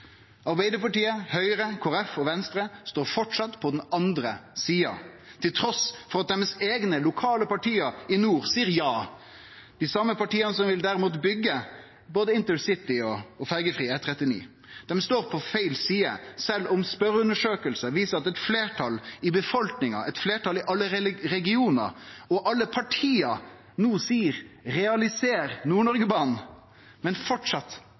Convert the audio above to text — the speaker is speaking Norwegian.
Arbeidarpartiet, Høgre, Kristeleg Folkeparti og Venstre står framleis på den andre sida, trass i at deira eigne lokale parti i nord seier ja. Det er dei same partia som derimot vil byggje både intercity og ferjefri E39. Dei står på feil side sjølv om spørreundersøkingar viser at eit fleirtal i befolkninga, eit fleirtal i alle regionar og alle parti no seier: Realiser Nord-Noreg-banen! Framleis sit det langt inne. Men